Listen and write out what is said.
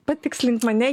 patikslink mane